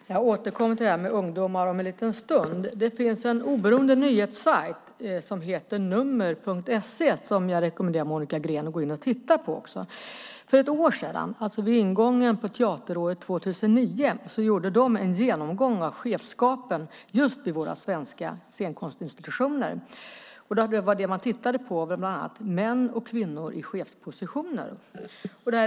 Herr talman! Jag återkommer till det här med ungdomar om en liten stund. Det finns en oberoende nyhetssajt som heter nummer.se som jag rekommenderar Monica Green att gå in och titta på. För ett år sedan, alltså vid ingången av teateråret 2009 gjorde de en genomgång av chefskapen just vid våra svenska scenkonstinstitutioner. Det man tittade på var bland annat män och kvinnor i chefspositioner.